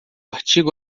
artigo